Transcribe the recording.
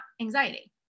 anxiety